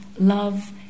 love